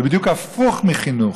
זה בדיוק הפוך מחינוך.